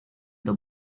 the